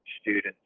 students